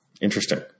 Interesting